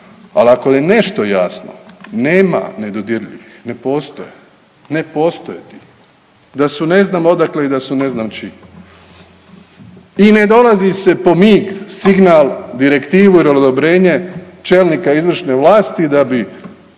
ali ako je nešto jasno nema nedodirljivih, ne postoje. Ne postoje da su ne znam odakle i da su ne znam čiji. I ne dolazi se po mig, signal, direktivu ili odobrenje čelnika izvršne vlasti da bi